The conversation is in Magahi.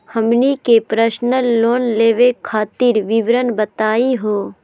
हमनी के पर्सनल लोन लेवे खातीर विवरण बताही हो?